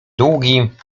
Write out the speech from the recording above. długim